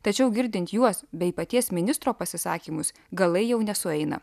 tačiau girdint juos bei paties ministro pasisakymus galai jau nesueina